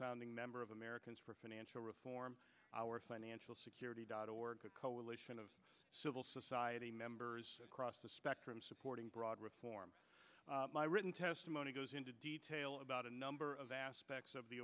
founding member of americans for financial reform our financial security dot org a coalition of civil society members across the spectrum supporting broad reform by written testimony goes into detail about a number of aspects of the